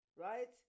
right